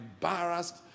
embarrassed